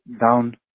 down